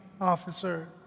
officer